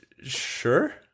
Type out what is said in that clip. sure